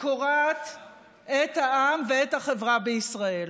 ופיקוח של החברות המופעלות על ידי משרד השיכון